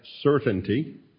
certainty